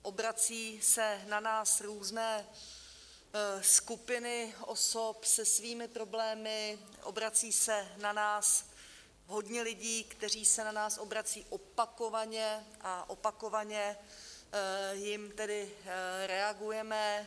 Obracejí se na nás různé skupiny osob se svými problémy, obrací se na nás hodně lidí, kteří se na nás obracejí opakovaně, a opakovaně jim reagujeme.